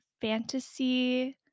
fantasy